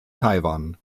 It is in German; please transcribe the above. taiwan